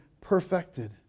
perfected